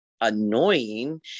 annoying